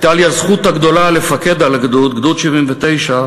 הייתה לי הזכות הגדולה לפקד על הגדוד, גדוד 79,